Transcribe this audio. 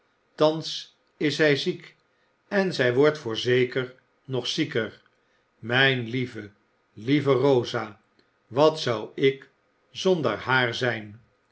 thans is zij ziek en zij wordt voorzeker nog zieker mijne lieve lieve rosa wat zou ik zonder haar zijn